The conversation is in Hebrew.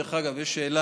דרך אגב, יש שאלה,